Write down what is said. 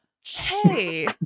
Hey